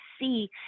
see